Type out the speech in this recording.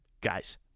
Guys